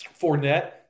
Fournette